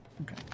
Okay